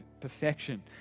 perfection